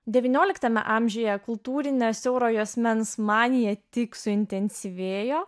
devynioliktame amžiuje kultūrinę siauro juosmens maniją tik suintensyvėjo